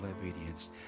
obedience